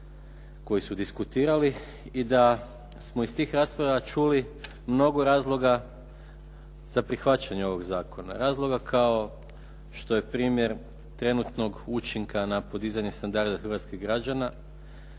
koji su diskutirali i da smo iz tih rasprava čuli mnogo razloga za prihvaćanje ovoga zakona. Razloga kao što je primjer trenutnog učinka na podizanje standarda hrvatskih građana,